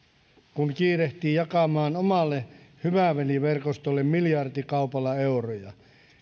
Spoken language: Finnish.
kun kiirehtii jakamaan omalle hyvä veli verkostolleen miljardikaupalla euroja